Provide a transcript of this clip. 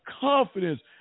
confidence